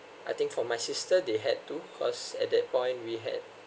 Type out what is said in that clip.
I think for my sister they had to cause at that point we had